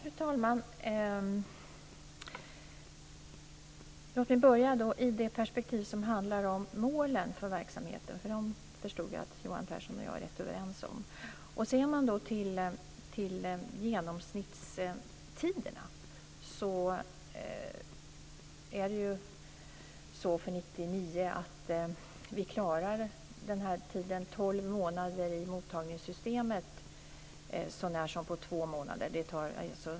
Fru talman! Låt mig börja med det perspektiv som handlar om målen för verksamheten. Jag förstod att Johan Pehrson och jag är rätt överens om dem. Man kan se till genomsnittstiderna. 1999 klarade vi de tolv månaderna i mottagningssystemet, sånär som på två månader.